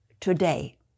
today